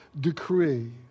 decree